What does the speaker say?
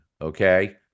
okay